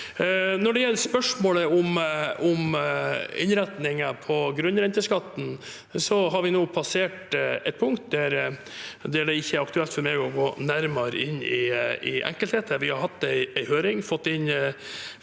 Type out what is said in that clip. Når det gjelder spørsmålet om innretningen på grunnrenteskatten, har vi nå passert et punkt der det ikke er aktuelt for meg å gå nærmere inn i enkeltheter. Vi har hatt en høring og